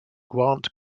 grant